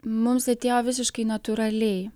mums atėjo visiškai natūraliai